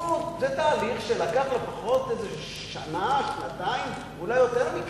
זה תהליך שלקח לפחות שנה, שנתיים ואולי יותר מכך,